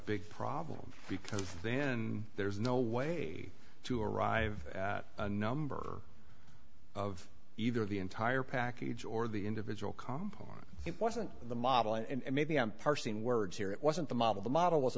big problem because then there's no way to arrive at a number of either the entire package or the individual comp on it wasn't the model and maybe i'm parsing words here it wasn't the model the model was